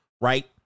right